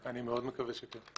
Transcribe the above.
אני מאוד מקווה שכן.